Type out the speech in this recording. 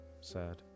Sad